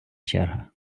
черга